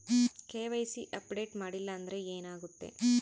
KYC update ಮಾಡಿಲ್ಲ ಅಂದ್ರೆ ಏನಾಗುತ್ತೆ?